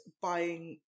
buying